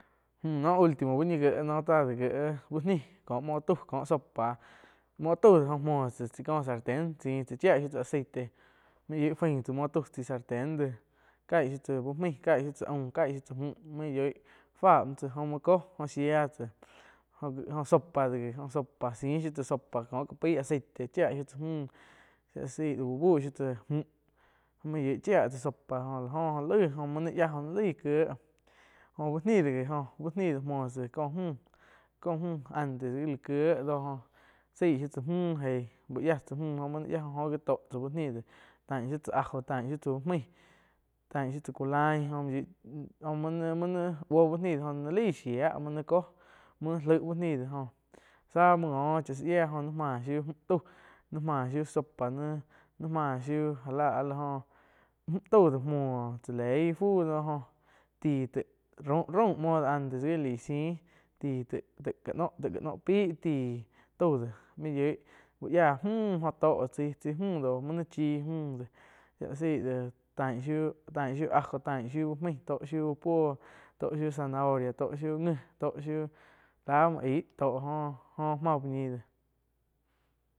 Mü noh ultimo búh ñi gíe noh táh dé giéh úh nih ko muo tau, ko sopa muo tau de jo muo tsa chaí kó sarten siih tsá chiah shiu tsá aceite main yoi fain tsá muo tau chai sarten déh cai shiu tsá uh maih caig siuh tsáh aum müh main yoih fá muoh tsá jo muo jóh muo kóh jóh shía tsáh jo sopa do jíh. Sopa siihh shiu tsá sopa kó ka paí aceite chiá shiu tsáh müh shia la sei úh buh shiu tsá müh main yoih chia tsáh sopa jo la oh jó laig muo nain yáh jo nai laih kieh jo bu ni di gi úh nih de muoh tsá cóh muh antes gi kiwh do jo zaih shiu tsá mü eih uh yah tsá müh oh main naih yáh jo oh gi tóh tzá úh ni do tain shiu tsá ajo tain shiu tzá uh main tain shiu tsá kulai njo main yoi jo muoh ni buoh úh ni do jo nai lai shia mu nai kóhm muoh naih laih uh ni do záh muoh ngo chá sáh yiáh jo nain ma shiu mju tauh náin má shiu sopa ni-ni máh shiu ja lá áh la jóh mju tau de muoh chá leih ih fu lo jóh tih taig raum muo antes gi laih siih ti tai-tai ká no, ká no pai ti tau de main yoig úh yáh mju oh toh chai-chai mju do muo nai chhi müh de shia la sai déh tan shiu tain aho tain shiu uh main tó shiu uh puo tó shiu zanahoria tó shiu ngi to shiu la muoh aig toh jo-jo máh uh ñi deh.